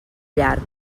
llarg